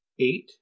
eight